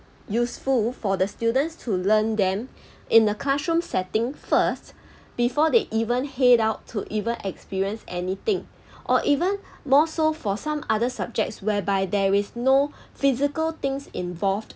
useful for the students to learn them in a classroom setting first before they even head out to even experience anything or even more so for some other subjects whereby there is no physical things involved